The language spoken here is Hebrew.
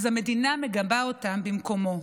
אז המדינה מגבה אותם במקומו.